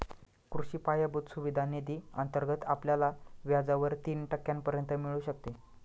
कृषी पायाभूत सुविधा निधी अंतर्गत आपल्याला व्याजावर तीन टक्क्यांपर्यंत मिळू शकते